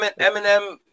Eminem